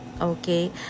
Okay